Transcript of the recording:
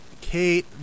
Kate